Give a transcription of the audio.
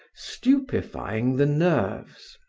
stupefying the nerves.